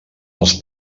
els